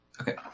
Okay